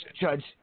Judge